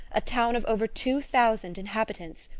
a town of over two thousand inhabitants,